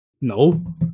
No